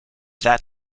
that